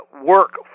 work